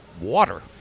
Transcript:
water